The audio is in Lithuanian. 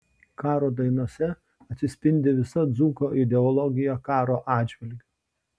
karo dainose atsispindi visa dzūko ideologija karo atžvilgiu